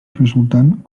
resultant